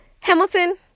Hamilton